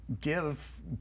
give